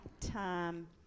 time